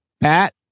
Pat